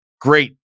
great